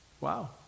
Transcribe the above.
Wow